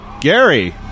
gary